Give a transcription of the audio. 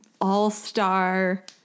all-star